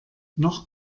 noch